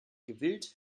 gewillt